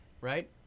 right